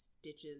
stitches